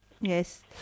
Yes